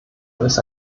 ist